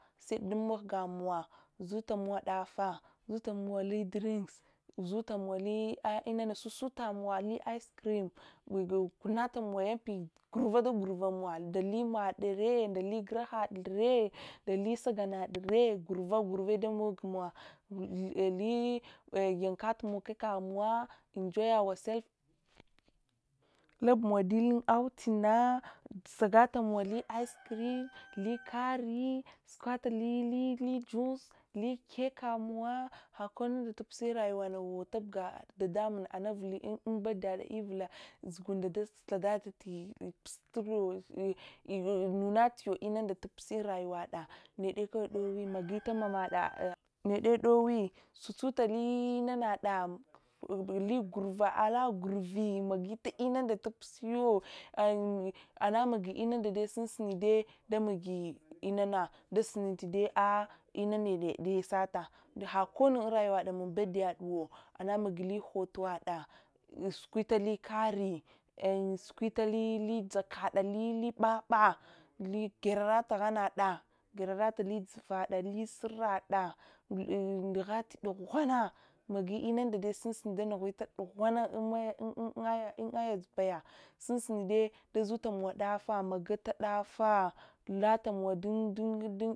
Mahgamowa zutamowa dafa zutamowali danka zutamowali inana sasutamowali ice cream gunyatamowali mp gurada gurvamowo ndali madre ndali gurahadre ndali sagangadre gurva gurvedamogmowa li’eh yankatlimowa cake kamowa enjoy ourself segatamowli ice cream likare lijuice li cake kamowa hakunuwunda dapusi unvrajuwaduwu tubga dadamun anavule unbirth day yad ivita sugunda dathatadi ti nunata inunda tupusi unrayuwada nede kawai owi magita mamada nede dowi sasutali inatha li gurva alagurve magite inanunda tupusiyo en’ anamagi inunda dai sunsuni dai damogi inana dasuni t’ dai ah inanine nede sata hakonu unrayawede mun birthday yaduwo anamagi lihatu wada sukwitli kare sukwitli jakada lili pabpa ligyararata hangliadali dzuvada surada un nughata dughwana magi inundo dai sunsuni dughwani danughita dughwana un aya dzugwaya sunsuni dai dazutamow defa magata defa latamowa dun dun.